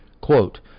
Quote